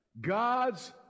God's